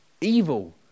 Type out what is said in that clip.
Evil